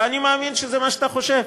ואני מאמין שזה מה שאתה חושב.